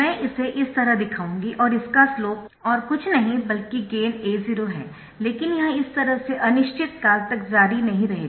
मैं इसे इस तरह दिखाऊंगी और इसका स्लोप और कुछ नहीं बल्कि गेन A0 है लेकिन यह इस तरह से अनिश्चित काल तक जारी नहीं रहेगा